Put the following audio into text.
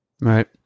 Right